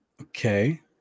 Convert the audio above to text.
okay